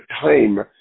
time